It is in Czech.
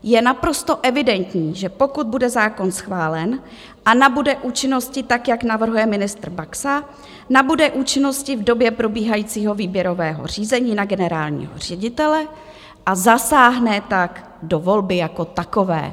Je naprosto evidentní, že pokud bude zákon schválen a nabude účinnosti tak, jak navrhuje ministr Baxa, nabude účinnosti v době probíhajícího výběrového řízení na generálního ředitele a zasáhne tak do volby jako takové.